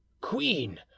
queen